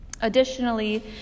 Additionally